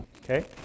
okay